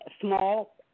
small